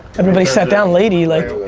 everybody sat down lady like,